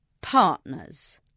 Partners